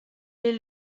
est